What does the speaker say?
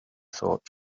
thought